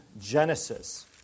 Genesis